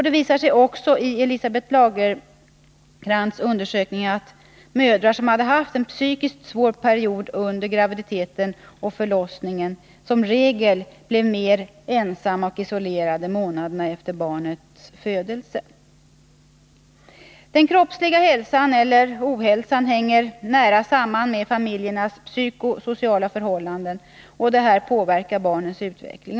Det visade sig också i Elisabeth Lagercrantz undersökning att mödrar som hade haft en psykiskt svår period under graviditeten och förlossningen som regel blev mer ensamma och isolerade månaderna efter barnets födelse. Den kroppsliga hälsan eller ohälsan hänger nära samman med familjernas psykosociala förhållanden, och detta påverkar barnens utveckling.